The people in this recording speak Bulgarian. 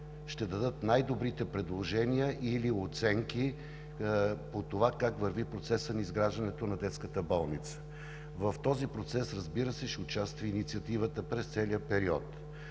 ще дадат най-добрите предложения или оценки по това как върви процесът по изграждането на детската болница. В този процес, разбира се, ще участва и Инициативата през целия период.